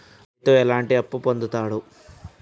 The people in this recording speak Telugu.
రైతు ఎట్లాంటి అప్పు పొందుతడు?